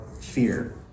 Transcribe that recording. fear